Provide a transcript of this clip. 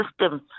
system